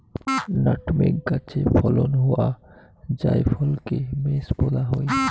nutmeg গাছে ফলন হওয়া জায়ফলকে মেস বলা হই